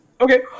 Okay